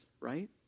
Right